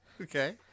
Okay